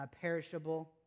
perishable